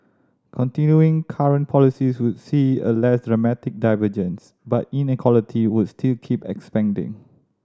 continuing current policies would see a less dramatic divergence but inequality would still keep expanding